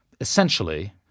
essentially